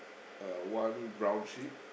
uh one brown sheep